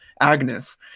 Agnes